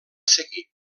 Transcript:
seguir